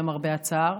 למרבה הצער.